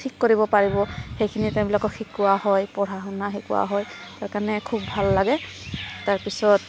ঠিক কৰিব পাৰিব সেইখিনি তেওঁবিলাকক শিকোৱা হয় পঢ়া শুনা শিকোৱা হয় সেইকাৰণে খুব ভাল লাগে তাৰপিছত